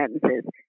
sentences